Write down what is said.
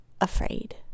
afraid